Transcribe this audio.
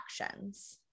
actions